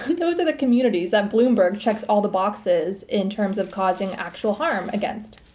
those are the communities that bloomberg checks all the boxes in terms of causing actual harm against.